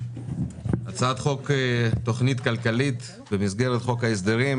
הצעת חוק התוכנית הכלכלית, במסגרת חוק ההסדרים,